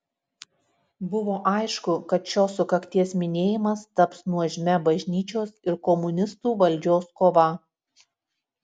buvo aišku kad šios sukakties minėjimas taps nuožmia bažnyčios ir komunistų valdžios kova